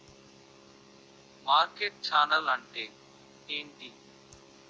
Market channel అంటే ఏంటి?